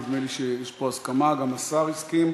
נדמה לי שיש פה הסכמה, גם השר הסכים.